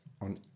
on